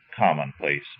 Commonplace